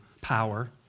power